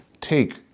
take